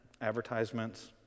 advertisements